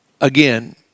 again